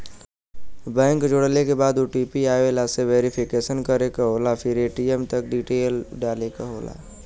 bank जोड़ले के बाद ओ.टी.पी आवेला से वेरिफिकेशन करे क होला फिर ए.टी.एम क डिटेल डाले क होला